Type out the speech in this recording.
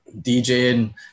DJing